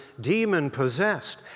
demon-possessed